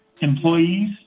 employees